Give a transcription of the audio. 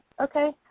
okay